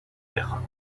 بخوابی